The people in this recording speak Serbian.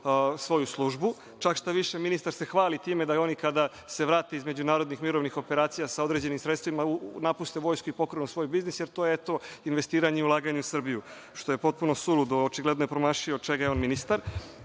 svoju službu, čak šta više, ministar se hvali time da oni kada se vrate između narodnih mirovnih operacija sa određenim sredstvima napuste vojsku i pokrenu svoj biznis, jer je to investiranje i ulaganje u Srbiju, što je potpuno suludo, očigledno je promašio čega je on ministar. Mislim